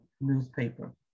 newspaper